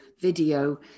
video